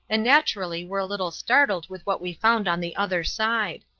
and naturally were a little startled with what we found on the other side.